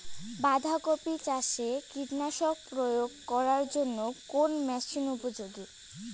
বাঁধা কপি চাষে কীটনাশক প্রয়োগ করার জন্য কোন মেশিন উপযোগী?